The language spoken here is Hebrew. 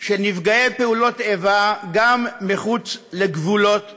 של נפגעי פעולות איבה גם מחוץ לגבולות המדינה.